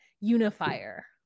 unifier